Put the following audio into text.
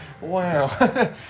wow